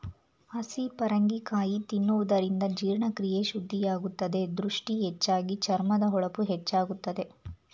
ಹಸಿ ಪರಂಗಿ ಕಾಯಿ ತಿನ್ನುವುದರಿಂದ ಜೀರ್ಣಕ್ರಿಯೆ ಶುದ್ಧಿಯಾಗುತ್ತದೆ, ದೃಷ್ಟಿ ಹೆಚ್ಚಾಗಿ, ಚರ್ಮದ ಹೊಳಪು ಹೆಚ್ಚಾಗುತ್ತದೆ